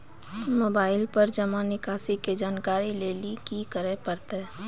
Mobile पर जमा निकासी के जानकरी लेली की करे परतै?